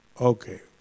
Okay